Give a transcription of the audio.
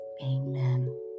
amen